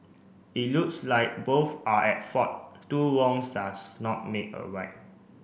it looks like both are at fault two wrongs does not make a right